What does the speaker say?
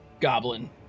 goblin